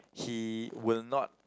he will not